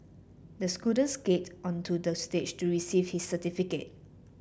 the skated onto the stage to receive his certificate